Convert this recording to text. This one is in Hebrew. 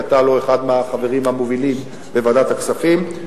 כי אתה הלוא אחד מהחברים המובילים בוועדת הכספים,